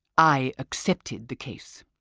i accepted the case.